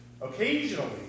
Occasionally